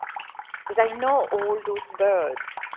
because i know all those birds.